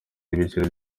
n’ibiciro